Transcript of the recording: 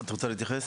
את רוצה להתייחס?